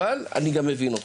אבל אני גם מבין אותך.